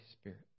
Spirit